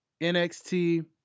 NXT